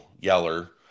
yeller